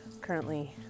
currently